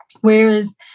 Whereas